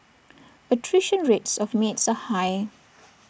attrition rates of maids are high